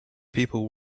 people